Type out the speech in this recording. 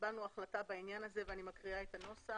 קיבלנו החלטה בעניין הזה ואני מקריאה את הנוסח.